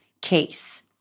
case